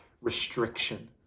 restriction